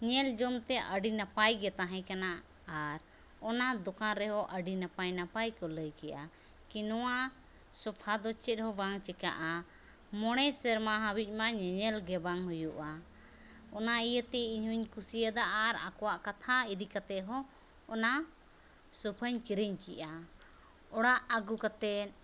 ᱧᱮᱞᱡᱚᱝᱛᱮ ᱟᱹᱰᱤ ᱱᱟᱯᱟᱭᱜᱮ ᱛᱟᱦᱮᱸ ᱠᱟᱱᱟ ᱟᱨ ᱚᱱᱟ ᱫᱳᱠᱟᱱᱨᱮᱦᱚᱸ ᱟᱹᱰᱤ ᱱᱟᱯᱟᱭᱼᱱᱟᱯᱟᱭ ᱠᱚ ᱞᱟᱹᱭᱠᱮᱫᱼᱟ ᱠᱤ ᱱᱚᱣᱟ ᱥᱳᱯᱷᱟᱫᱚ ᱪᱮᱫᱦᱚᱸ ᱵᱟᱝ ᱪᱤᱠᱟᱹᱜᱼᱟ ᱢᱚᱬᱮ ᱥᱮᱨᱢᱟ ᱦᱟᱹᱵᱤᱡ ᱢᱟ ᱧᱮᱧᱮᱞᱜᱮ ᱵᱟᱝ ᱦᱩᱭᱩᱜᱼᱟ ᱚᱱᱟ ᱤᱭᱟᱹᱛᱮ ᱤᱧᱦᱚᱧ ᱠᱩᱥᱤᱭᱟᱫᱟ ᱟᱨ ᱟᱠᱚᱣᱟᱜ ᱠᱟᱛᱷᱟ ᱤᱫᱤ ᱠᱟᱛᱮᱫᱦᱚᱸ ᱚᱱᱟ ᱥᱳᱯᱷᱟᱧ ᱠᱤᱨᱤᱧ ᱠᱮᱫᱼᱟ ᱚᱲᱟᱜ ᱟᱹᱜᱩ ᱠᱟᱛᱮᱫ